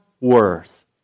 worth